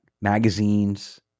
Magazines